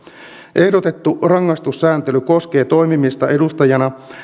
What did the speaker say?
ehdotettu rangaistussääntely koskee toimimista edustajana